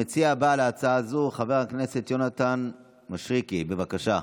המציע הבא להצעה זו, יונתן מישרקי, בבקשה.